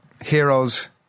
heroes